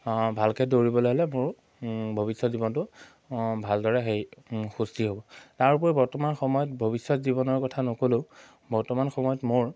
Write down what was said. ভালকৈ দৌৰিবলৈ হ'লে মোৰ ভৱিষ্যত জীৱনটো ভালদৰে হেৰি সুস্থিৰ হ'ব তাৰ উপৰিও বৰ্তমান সময়ত ভৱিষ্যত জীৱনৰ কথা নক'লেও বৰ্তমান সময়ত মোৰ